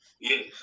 Yes